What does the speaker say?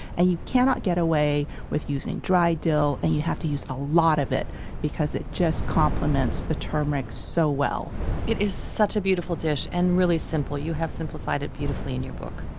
and you cannot get away with using dry dill, and you have to use a lot of it because it complements the turmeric so well it is such a beautiful dish and really simple. you have simplified it beautifully in your book.